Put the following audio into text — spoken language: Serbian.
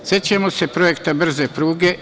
Sećamo se projekta brze pruge.